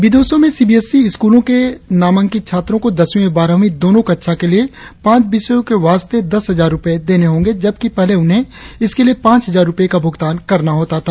विदेशों में C B S E स्कूलों में नामंकित छात्रों को दसवीं और बारहवीं दोनो कक्षा के लिए पांच विषयों के वास्ते दश हजार रुपये देने होंगे जबकि पहले उन्हें इसके लिए पांच हजार रुपये का भ्रगतान करना होता था